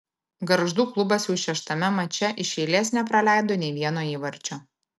gargždų klubas jau šeštame mače iš eilės nepraleido nei vieno įvarčio